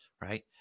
right